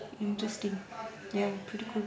interesting ya pretty cool